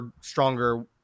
stronger